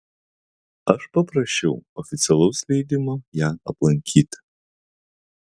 aš paprašiau oficialaus leidimo ją aplankyti